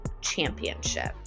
championship